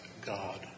God